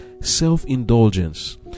self-indulgence